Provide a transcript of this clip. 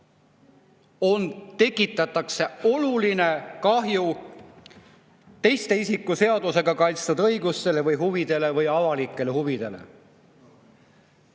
tekitatakse oluline kahju teiste isikute seadusega kaitstud õigustele või huvidele või avalikele huvidele.